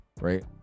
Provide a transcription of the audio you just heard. right